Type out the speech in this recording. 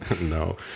No